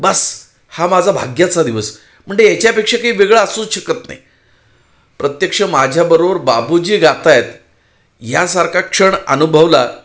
बास हा माझा भाग्याचा दिवस म्हणजे याच्यापेक्षा काही वेगळा असूच शकत नाही प्रत्यक्ष माझ्याबरोबर बाबूजी गात आहेत यासारखा क्षण अनुभवला